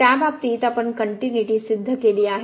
तर त्या बाबतीत आपण कनट्युनिटी सिद्ध केली आहे